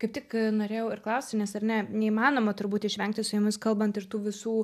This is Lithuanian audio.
kaip tik norėjau ir klausti nes ar ne neįmanoma turbūt išvengti su jumis kalbant ir tų visų